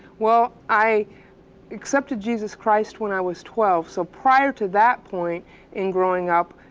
well i accepted jesus christ when i was twelve. so prior to that point in growing up,